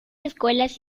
escuelas